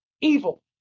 evil